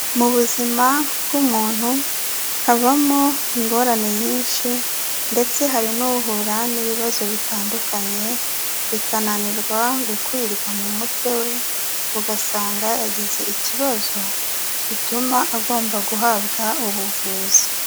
Mu buzima bw'umuntu habamo ingorane nyinshi ndetse hari n'uhura n'ibibazo bitandukanye bikananirwa gukwirwa mu mutwe we, ugasanga yagize ikibazo gituma agomba guhabwa ubuvuzi.